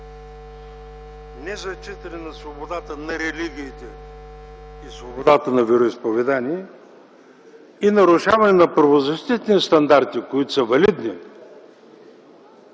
незачитане на свободата на религиите и свободата на вероизповедания и нарушаване на правозащитни стандарти, които са валидни,